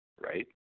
right